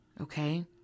Okay